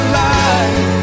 light